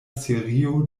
serio